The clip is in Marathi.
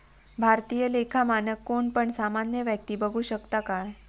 भारतीय लेखा मानक कोण पण सामान्य व्यक्ती बघु शकता काय?